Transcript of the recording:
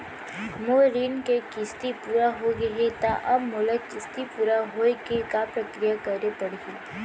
मोर ऋण के किस्ती पूरा होगे हे ता अब मोला किस्ती पूरा होए के का प्रक्रिया करे पड़ही?